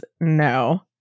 no